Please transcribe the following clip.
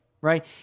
right